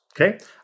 okay